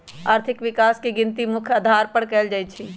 आर्थिक विकास के गिनती मुख्य अधार पर कएल जाइ छइ